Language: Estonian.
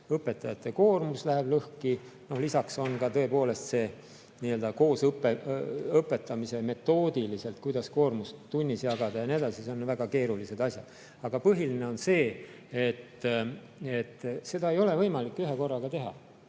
õpetajate koormus läheb lõhki. Lisaks on tõepoolest see nii-öelda koos õpetamine metoodiliselt, kuidas koormust tunnis jagada ja nii edasi. Need on väga keerulised asjad. Aga põhiline on see, et seda ei ole võimalik ühekorraga teha,